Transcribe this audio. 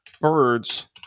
birds